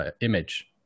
image